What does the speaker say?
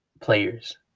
players